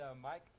Mike